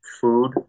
food